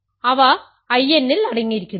അവ I n ൽ അടങ്ങിയിരിക്കുന്നു